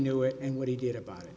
knew it and what he did about it